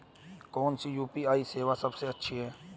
कौन सी यू.पी.आई सेवा सबसे अच्छी है?